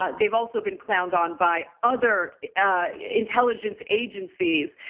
ah they've also been cloned on by other intelligence agencies.